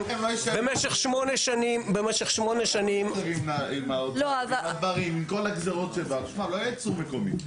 לא יהיה ייצור מקומי.